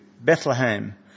Bethlehem